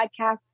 podcasts